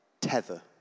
tether